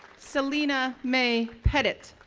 celina mae pedit,